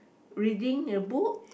reading a book